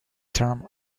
term